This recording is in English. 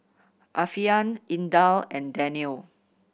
Alfian Indah and Danial